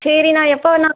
சரிண்ணா எப்போ அண்ணா